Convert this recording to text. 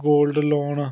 gold loan